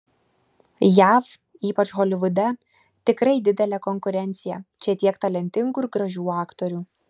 jav ypač holivude tikrai didelė konkurencija čia tiek talentingų ir gražių aktorių